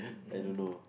I don't know